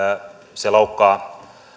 se loukkaa